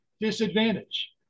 disadvantage